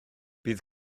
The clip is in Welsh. bydd